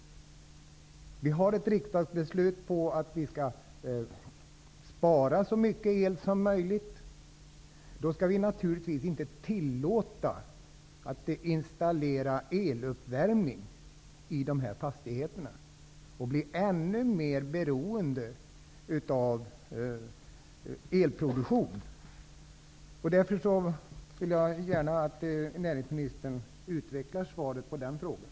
Det finns ett riksdagsbeslut om att man skall spara så mycket el som möjligt. Då skall det naturligtvis inte vara tillåtet att installera eluppvärmning, vilket leder till ett ännu större beroende av elproduktion. Jag vill gärna att näringsministern utvecklar den frågan.